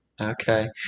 Okay